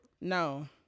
no